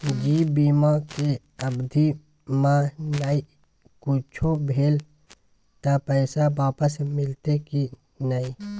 ज बीमा के अवधि म नय कुछो भेल त पैसा वापस मिलते की नय?